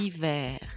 hiver